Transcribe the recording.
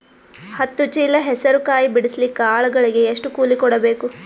ಹತ್ತು ಚೀಲ ಹೆಸರು ಕಾಯಿ ಬಿಡಸಲಿಕ ಆಳಗಳಿಗೆ ಎಷ್ಟು ಕೂಲಿ ಕೊಡಬೇಕು?